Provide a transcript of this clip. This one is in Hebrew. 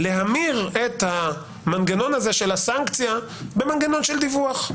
להמיר את המנגנון הזה של הסנקציה במנגנון של דיווח.